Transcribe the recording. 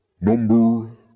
Number